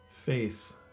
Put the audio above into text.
Faith